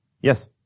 Yes